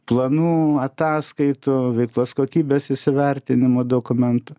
planų ataskaitų veiklos kokybės įsivertinimo dokumentų